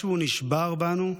משהו נשבר בנו,